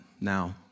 now